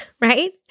right